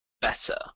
better